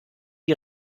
die